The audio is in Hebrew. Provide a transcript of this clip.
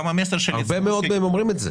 רבים מהם אומרים את זה.